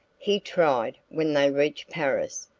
he tried, when they reached paris,